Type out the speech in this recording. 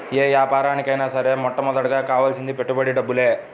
యే యాపారానికైనా సరే మొట్టమొదటగా కావాల్సింది పెట్టుబడి డబ్బులే